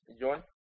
John